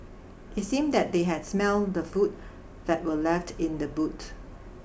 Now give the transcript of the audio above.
it seemed that they had smelt the food that were left in the boot